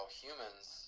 humans